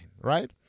Right